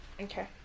Okay